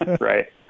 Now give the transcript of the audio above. right